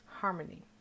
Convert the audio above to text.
Harmony